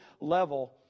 level